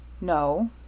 No